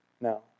No